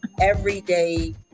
everyday